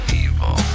evil